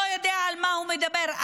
לא יודע על מה הוא מדבר.